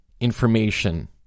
Information